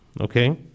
Okay